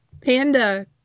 Panda